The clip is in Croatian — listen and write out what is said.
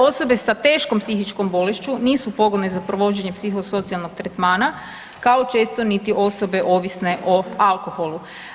Osobe sa teškom psihičkom bolešću nisu pogodne za provođenje psihosocijalnog tretmana kao često niti osobe ovisne o alkoholu.